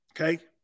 Okay